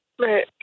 Right